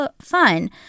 fun